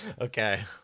Okay